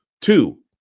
Two